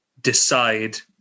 decide